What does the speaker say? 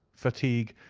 fatigue,